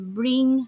bring